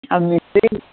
ଆଉ ମିଶାଇ